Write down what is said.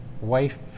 Wife